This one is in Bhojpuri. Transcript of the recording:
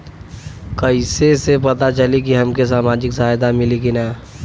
कइसे से पता चली की हमके सामाजिक सहायता मिली की ना?